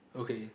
okay